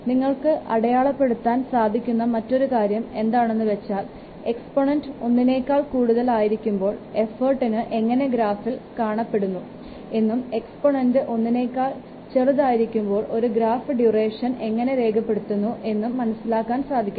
നിങ്ങൾക്ക് അടയാളപ്പെടുത്താൻ സാധിക്കുന്ന മറ്റൊരു കാര്യം എന്താണെന്നുവെച്ചാൽ എക്സ്പോനൻറ് ഒന്നിനേക്കാൾ കൂടുതൽ ആയിരിക്കുമ്പോൾ എഫോർട്ടിനു എങ്ങനെ ഗ്രാഫിൽ കാണപ്പെടുന്നു എന്നും എക്സ്പോനൻറ് ഒന്നിനേക്കാൾ ചെറുതായിരിക്കുമ്പോൾ ഈ ഗ്രാഫ് ഡ്യൂറേഷൻ എങ്ങനെ രേഖപ്പെടുത്തുന്നു എന്നും മനസ്സിലാക്കാൻ സാധിക്കുന്നു